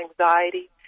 anxiety